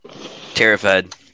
Terrified